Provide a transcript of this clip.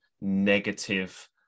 negative